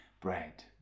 bread